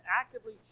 actively